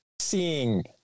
seeing